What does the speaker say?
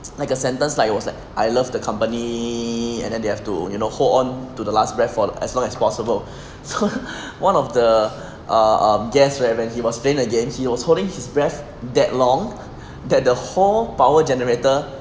it's like a sentence like it was like I love the company and then you have to you know hold on to the last breath for as long as possible so one of the uh um guest right when he was playing against he was holding his breath that long that the whole power generator